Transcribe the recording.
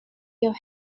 your